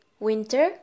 winter